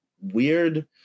Weird